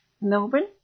Melbourne